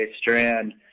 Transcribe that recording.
Strand